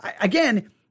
again